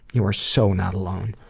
you are so not alone.